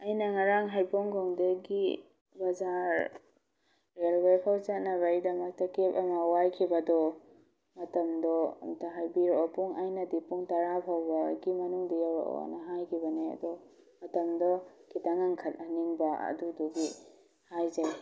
ꯑꯩꯅ ꯉꯔꯥꯡ ꯍꯩꯕꯣꯡ ꯈꯣꯡꯗꯒꯤ ꯕꯖꯥꯔ ꯔꯦꯜꯋꯦ ꯐꯥꯎ ꯆꯠꯅꯕꯩꯗꯃꯛꯇ ꯀꯦꯕ ꯑꯃ ꯋꯥꯏꯈꯤꯕꯗꯣ ꯃꯇꯝꯗꯣ ꯑꯃꯨꯛꯇ ꯍꯥꯏꯕꯤꯔꯛꯑꯣ ꯄꯨꯡ ꯑꯩꯅꯗꯤ ꯄꯨꯡ ꯇꯔꯥ ꯐꯥꯎꯕꯒꯤ ꯃꯅꯨꯡꯗ ꯌꯧꯔꯛꯑꯣꯅ ꯍꯥꯏꯈꯤꯕꯅꯦ ꯑꯗꯣ ꯃꯇꯝꯗꯣ ꯈꯤꯇꯪ ꯉꯟꯈꯠ ꯍꯟꯅꯤꯡꯕ ꯑꯗꯨꯗꯨꯒꯤ ꯍꯥꯏꯖꯩ